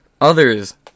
Others